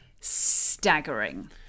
staggering